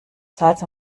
salz